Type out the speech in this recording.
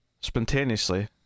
spontaneously